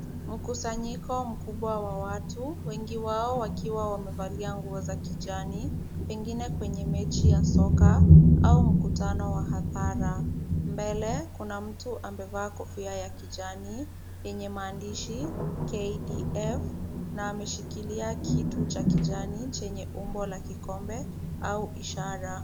Mkusanyiko mkubwa wa watu wengi wao wakiwa wamevalia nguo za kijani, pengine kwenye mechi ya soka au mkutano wa hadhara. Mbele kuna mtu amevaa kofia ya kijani yenye maandishi KDF na ameshikilia kitu cha kijani chenye umbo la kikombe au ishara.